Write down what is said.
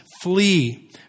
flee